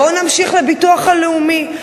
בואו נמשיך לביטוח הלאומי.